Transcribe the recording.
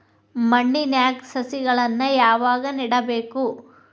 ಮಣ್ಣಿನ್ಯಾಗ್ ಸಸಿಗಳನ್ನ ಯಾವಾಗ ನೆಡಬೇಕು?